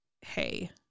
Hey